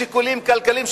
משיקולים כלכליים,